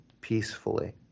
peacefully